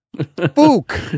spook